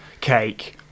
cake